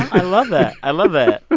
i love that. i love that